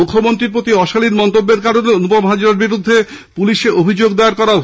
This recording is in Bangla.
মুখ্যমন্ত্রীর প্রতি অশালীন মন্তব্যের কারণে অনুপম হাজরার বিরুদ্ধে পুলিশে অভিযোগ দায়ের করা হয়েছে